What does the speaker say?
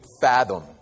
fathom